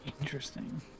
interesting